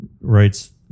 writes